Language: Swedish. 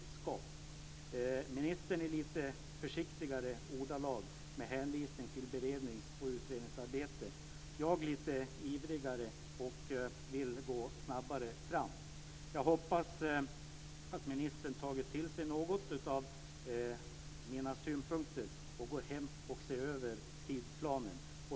Ministern uttrycker sig i lite försiktigare ordalag med hänvisning till berednings och utredningsarbete. Jag är lite ivrigare och vill gå snabbare fram. Jag hoppas att ministern har tagit till sig några av mina synpunkter och går hem och ser över tidsplanen.